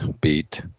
beat